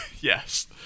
yes